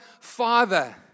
Father